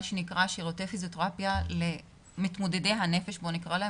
שירותי פיזיותרפיה למתמודדי הנפש נקרא להם,